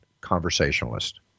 conversationalist